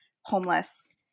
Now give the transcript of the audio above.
homeless